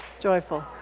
Joyful